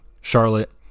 Charlotte